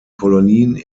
kolonien